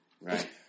right